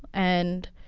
and